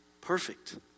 perfect